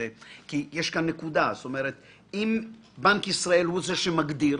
אם בנק ישראל הוא זה שמגדיר,